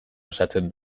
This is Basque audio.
osatzen